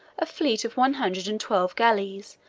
a fleet of one hundred and twelve galleys,